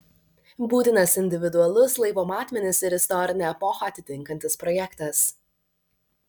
būtinas individualus laivo matmenis ir istorinę epochą atitinkantis projektas